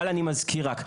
אבל אני מזכיר רק,